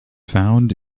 found